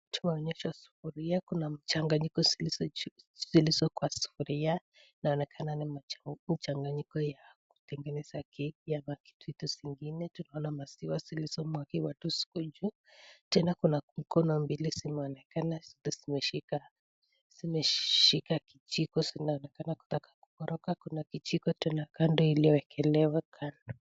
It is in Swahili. Kuna mchanganyiko iliyo kwa sufuria ya kutengeneza keki na kuna maziwa zilizo mwagiwa ziko juu na kuna mikono mbili zinaonekana zimeshika kijiko zikitaka kukoroga na kuna kijiko iliyowekelewa kando.